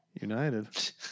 United